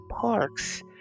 parks